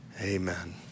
Amen